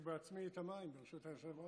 היושב-ראש,